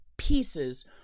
Pieces